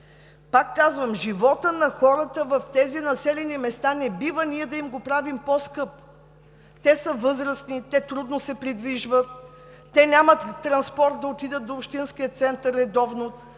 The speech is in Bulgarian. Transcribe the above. Пак казвам, че живота на хората в тези населени места ние не бива да го правим по-скъп. Те са възрастни, те трудно се придвижват, те нямат транспорт, за да отидат до общинския център редовно,